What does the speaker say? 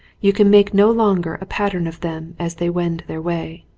you can make no longer a pattern of them as they wend their way.